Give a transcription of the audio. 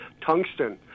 tungsten